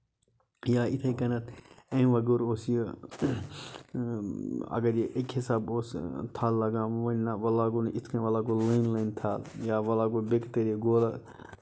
یا یِتھے کنیتھ اَمہِ بغٲر اوس یہِ اَگر یہِ اکہِ حِسابہٕ اوس تھَل لَگان وۄنۍ نَہ وۄنۍ لاگو نہٕ یِتھ کَنۍ وۄنۍ لاگو لٲنۍ لٲنۍ تھل یا وۄنۍ لاگو بیٚیہِ کہِ طریٖقہٕ